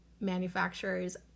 manufacturers